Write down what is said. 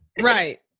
Right